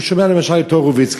הוא שומע למשל את הורוביץ,